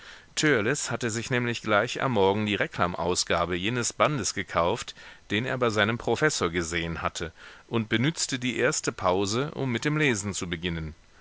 hatte sich nämlich gleich am morgen die reklamausgabe jenes bandes gekauft den er bei seinem professor gesehen hatte und benützte die erste pause um mit dem lesen zu beginnen